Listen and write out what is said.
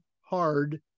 hard